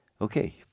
Okay